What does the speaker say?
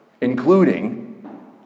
including